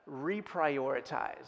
reprioritize